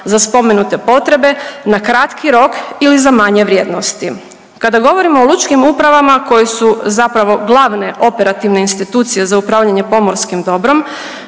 za spomenute potrebe na kratki rok ili za manje vrijednosti. Kada govorimo o lučkim upravama koje su zapravo glavne operativne institucije za upravljanje pomorskim dobrom